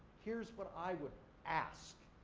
here's what i would ask,